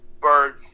bird